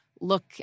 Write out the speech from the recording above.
look